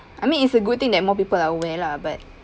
I mean it's a good thing that more people are aware lah but